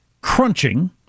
crunching